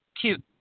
cute